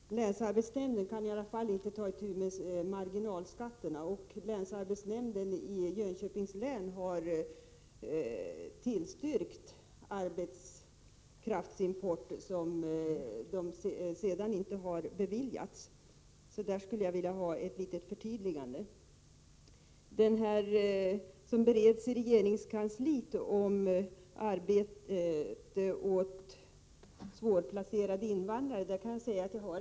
Herr talman! Länsarbetsnämnden kan i alla fall inte ta itu med marginalskatterna. Länsarbetsnämnden i Jönköpings län har tillstyrkt arbetskraftsimport, som sedan inte har beviljats. Jag skulle vilja ha ett förtydligande från arbetsmarknadsministern på den punkten. Statsrådet sade att frågan om arbete åt svårplacerade invandrare för närvarande bereds i regeringskansliet.